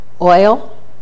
Oil